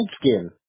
skin